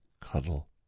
cuddle